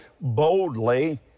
boldly